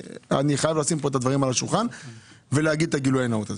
אני חייב לשים כאן את הדברים על השולחן ולהגיד את הגילוי הנאות הזה.